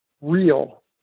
real